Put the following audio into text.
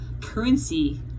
currency